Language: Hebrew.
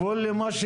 לו הערות מתוך